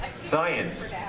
Science